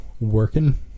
working